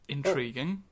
Intriguing